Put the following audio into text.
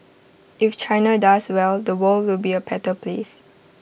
if China does well the world will be A better place